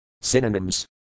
Synonyms